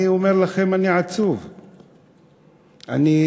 אני אומר לכם: אני עצוב.